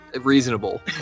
reasonable